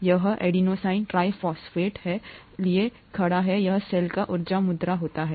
यह यह adenosine triphosphate के लिए खड़ा है यह सेल की ऊर्जा मुद्रा होती है